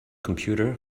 computer